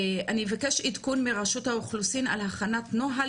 אני אבקש עדכון מרשות האוכלוסין על הכנת נוהל